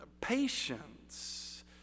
patience